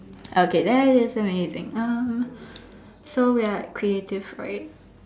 okay that is amazing um so we are creative right